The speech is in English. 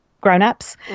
grown-ups